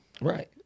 Right